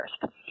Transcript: first